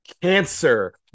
cancer